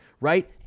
right